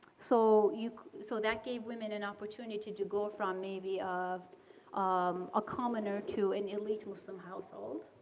so yeah so that gave women an opportunity to to go from maybe of um a commoner to an elite muslim household,